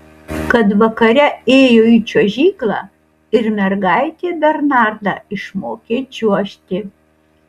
kad vakare ėjo į čiuožyklą ir mergaitė bernardą išmokė čiuožti